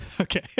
Okay